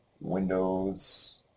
Windows